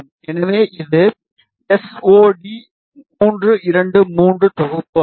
எனவே இது எஸ்ஓடி323 தொகுப்பு ஆகும்